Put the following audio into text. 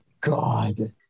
god